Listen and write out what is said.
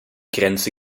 grenze